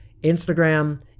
Instagram